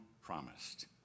promised